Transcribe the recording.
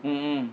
mm